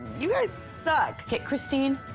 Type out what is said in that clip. you guys suck. cristine,